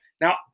Now